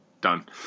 Done